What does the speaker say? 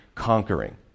conquering